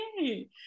yay